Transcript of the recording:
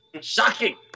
shocking